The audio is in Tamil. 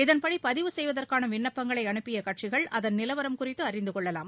இதன்படி பதிவு செய்வதற்கான விண்ணப்பங்களை அனுப்பிய கட்சிகள் அதன் நிலவரம் குறித்து அறிந்தகொள்ளலாம்